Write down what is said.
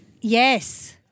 Yes